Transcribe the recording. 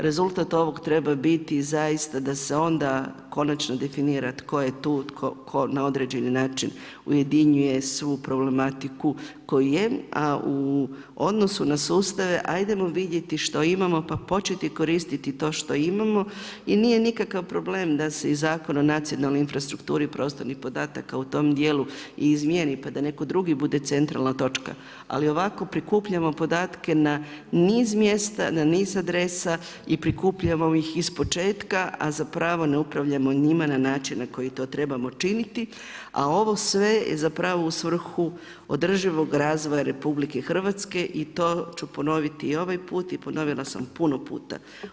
Rezultat ovoga treba biti zaista da se onda konačno definira tko je tu, tko na određeni način ujedinjuje svu problematiku koja je a u odnosu na sustave idemo vidjeti šta imamo pa početi koristiti to što imamo i nije nikakav problem i da se Zakon o nacionalnoj infrastrukturi prostornih podataka u tom dijelu i izmijeni pa da netko drugi bude centralna točka ali ovako prikupljamo podatke na niz mjesta, na niz adresa i prikupljamo ih iz početka a zapravo ne upravljamo njima na način na koji to trebamo činiti a ovo sve zapravo je u svrhu održivog razvoja Republike Hrvatske i to ću ponoviti i ovaj put i ponovila sam puno puta.